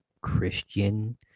Christian